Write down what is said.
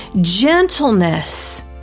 Gentleness